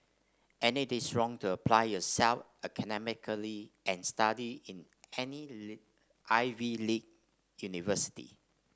and it is wrong to apply yourself academically and study in I V league university